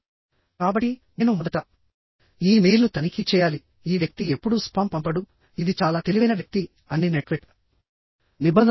కాబట్టి నేను మొదట ఈ మెయిల్ను తనిఖీ చేయాలి ఈ వ్యక్తి ఎప్పుడూ స్పామ్ పంపడు ఇది చాలా తెలివైన వ్యక్తి అన్ని నెట్క్వెట్ నిబంధనలను తెలుసు